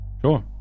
Sure